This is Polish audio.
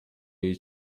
jej